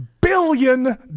billion